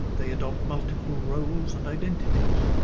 they adopt multiple roles and identities,